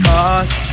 Cause